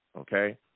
okay